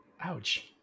Ouch